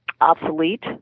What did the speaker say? obsolete